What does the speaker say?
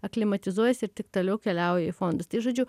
aklimatizuojasi ir tik toliau keliauja į fondus tai žodžiu